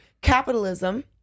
capitalism